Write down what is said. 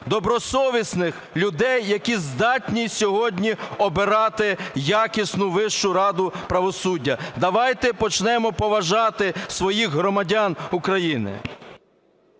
добросовісних людей, які здатні сьогодні обирати якісну Вищу раду правосуддя. Давайте почнемо поважати своїх громадян України.